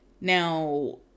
Now